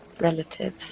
relative